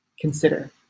consider